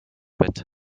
bett